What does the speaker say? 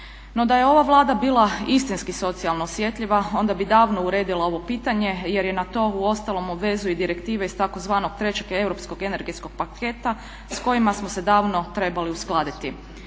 No, da je ova Vlada bila istinski socijalno osjetljiva onda bi davno uredila ovo pitanje, jer je na to uostalom obvezuje i direktive iz tzv. trećeg europskog energetskog paketa s kojima smo se davno trebali uskladiti.